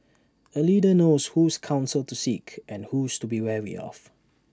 A leader knows whose counsel to seek and whose to be wary of